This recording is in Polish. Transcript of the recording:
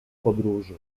podróży